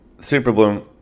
Superbloom